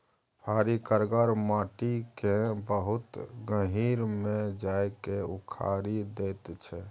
फारी करगर माटि केँ बहुत गहींर मे जा कए उखारि दैत छै